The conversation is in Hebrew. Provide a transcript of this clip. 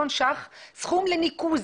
מיליון שקל בשביל לניקוז.